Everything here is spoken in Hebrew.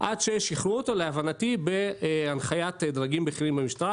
עד ששחררו אותו להבנתי בהנחיית דרגים בכירים במשטרה,